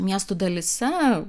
miestų dalyse